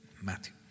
Matthew